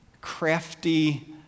crafty